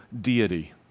deity